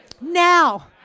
Now